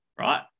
right